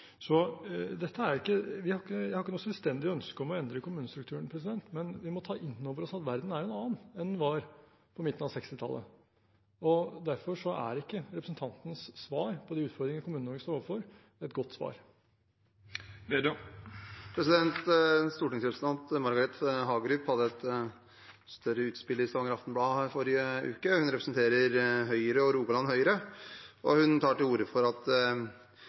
Jeg har ikke noe selvstendig ønske om å endre kommunestrukturen, men vi må ta inn over oss at verden er en annen enn den var på midten av 1960-tallet. Derfor er ikke representantens svar på de utfordringene Kommune-Norge står overfor, et godt svar. Stortingsrepresentant Margret Hagerup hadde et større utspill i Stavanger Aftenblad forrige uke. Hun representerer Høyre og Rogaland Høyre, og hun tar til orde for at